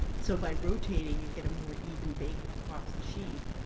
so by rotating you get a more even bake across the sheet.